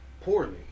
poorly